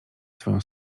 swoją